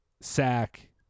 sack